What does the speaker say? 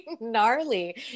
gnarly